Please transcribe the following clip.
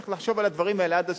צריך לחשוב על הדברים האלה עד הסוף.